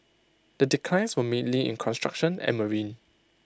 the declines were mainly in construction and marine